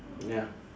ya